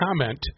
comment